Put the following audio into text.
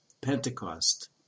Pentecost